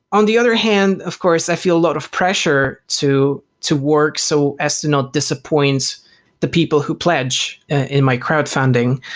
on the other hand, of course, i feel a lot of pressure to to work. so as to not disappoint the people who pledge in my crowd funding.